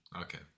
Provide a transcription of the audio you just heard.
Okay